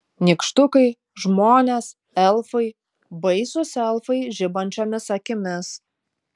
nykštukai žmonės elfai baisūs elfai žibančiomis akimis